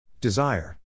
Desire